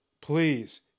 Please